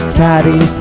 caddy